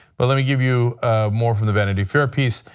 bulimic of you more from the vanity fair piece.